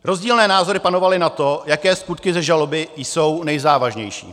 Rozdílné názory panovaly na to, jaké skutky ze žaloby jsou nejzávažnější.